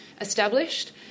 established